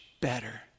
better